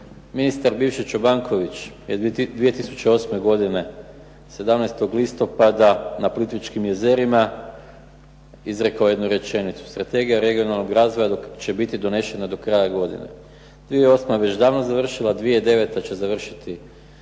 Ministar bivši Čobanković je 2008. godine 17. listopada na Plitvičkim Jezerima izrekao jednu rečenicu "Strategija regionalnog razvoja će biti donešena do kraja godine". 2008. je davno završila, 2009. će završiti